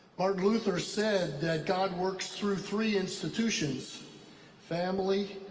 martin luther said that god works through three institutions family,